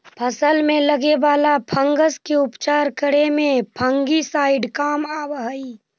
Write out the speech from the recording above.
फसल में लगे वाला फंगस के उपचार करे में फंगिसाइड काम आवऽ हई